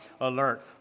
alert